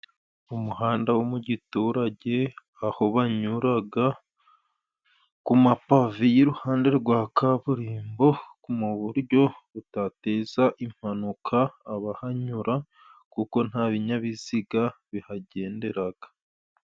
umuhanda wo mu giturage aho banyuraga ku mapave y'iruhande rwa kaburimbo, mu buryo butateza impanuka abahanyura kuko nta binyabiziga bihagenderaga.